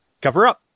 cover-up